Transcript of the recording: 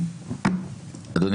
אדוני